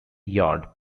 yard